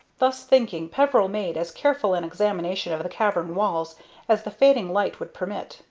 thus thinking, peveril made as careful an examination of the cavern walls as the fading light would permit,